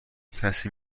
کسی